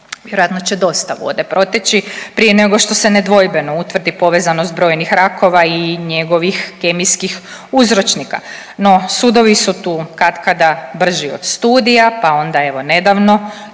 Vjerojatno će dosta vode proteći prije nego što se nedvojbeno utvrdi povezanost brojnih rakova i njegovih kemijskih uzročnika. No, sudovi su tu katkada brži od studija pa onda evo nedavno